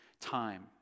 time